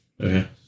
Okay